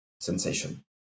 sensation